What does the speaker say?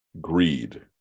Greed